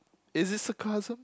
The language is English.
is this sarcasm